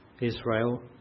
Israel